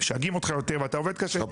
משגעים אותך יותר ואתה עובד קשה.